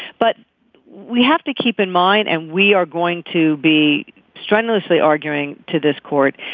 but we have to keep in mind and we are going to be strenuously arguing to this court.